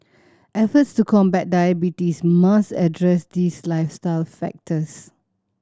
efforts to combat diabetes must address these lifestyle factors